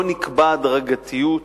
לא נקבעה הדרגתיות.